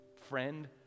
friend